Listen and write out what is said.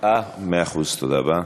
מאה אחוז, תודה רבה.